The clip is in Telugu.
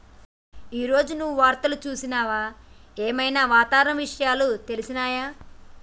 ఈ రోజు నువ్వు వార్తలు చూసినవా? ఏం ఐనా వాతావరణ విషయాలు తెలిసినయా?